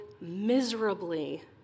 miserably